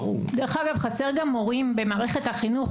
אגב חסר גם מורים במערכת החינוך,